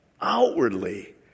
Outwardly